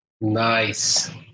Nice